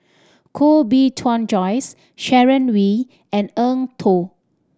Koh Bee Tuan Joyce Sharon Wee and Eng Tow